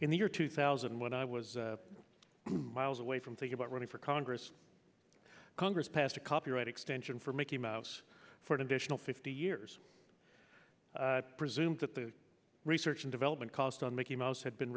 in the year two thousand when i was miles away from think about running for congress congress passed a copyright extension for mickey mouse for an additional fifty years presumed that the research and development cost on mickey mouse had been